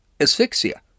asphyxia